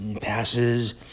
passes